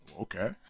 Okay